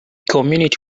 community